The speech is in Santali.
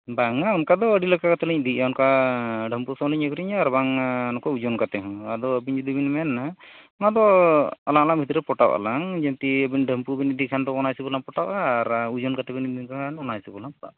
ᱵᱟᱝᱟ ᱚᱱᱠᱟᱫᱚ ᱟᱹᱰᱤ ᱞᱮᱠᱟ ᱠᱟᱛᱮᱫᱞᱤᱧ ᱤᱫᱤᱭᱮᱫᱟ ᱚᱱᱟᱠ ᱰᱷᱟᱹᱢᱯᱩ ᱛᱮᱦᱚᱸᱞᱤᱧ ᱟᱹᱠᱷᱨᱤᱧᱟ ᱟᱨ ᱵᱟᱝᱟ ᱱᱚᱠᱟ ᱳᱡᱚᱱ ᱠᱟᱛᱮᱫᱦᱚᱸ ᱟᱫᱚ ᱟᱵᱤᱱ ᱡᱩᱫᱤᱵᱤᱱ ᱢᱮᱱᱟ ᱚᱱᱟᱫᱚ ᱟᱞᱟᱝᱞᱟᱝ ᱵᱷᱤᱛᱤᱨ ᱨᱮ ᱯᱚᱴᱟᱣᱚᱜ ᱟᱞᱟᱝ ᱡᱤᱱᱛᱤ ᱟᱹᱵᱤᱱ ᱰᱟᱹᱢᱯᱩᱵᱤᱱ ᱤᱫᱤᱭ ᱠᱷᱟᱱᱫᱚ ᱚᱱᱟ ᱦᱤᱥᱟᱹᱵᱽᱞᱟᱝ ᱯᱚᱴᱟᱜᱼᱟ ᱟᱨ ᱳᱡᱚᱱ ᱠᱟᱛᱮᱫᱵᱤᱱ ᱤᱫᱤᱭ ᱠᱷᱟᱱᱫᱚ ᱚᱱᱟ ᱦᱚᱥᱟᱹᱵᱽᱦᱚᱸᱞᱟᱝ ᱯᱚᱴᱟᱜᱼᱟ